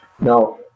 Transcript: Now